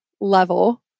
level